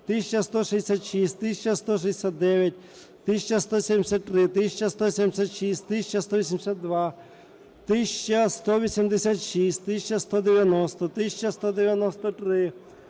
1166, 1169, 1173, 1176, 1182, 1186, 1190, 1193,